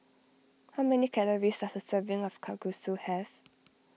how many calories does a serving of Kalguksu have